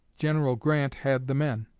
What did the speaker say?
general grant had the men.